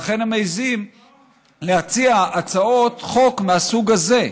לכן הם מעיזים להציע הצעות חוק מהסוג הזה.